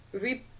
re